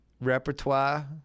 repertoire